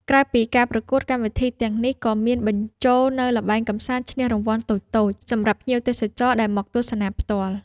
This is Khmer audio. ក្រៅពីការប្រកួត កម្មវិធីទាំងនេះក៏មានបញ្ចូលនូវល្បែងកម្សាន្តឈ្នះរង្វាន់តូចៗសម្រាប់ភ្ញៀវទេសចរដែលមកទស្សនាផ្ទាល់។